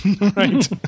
Right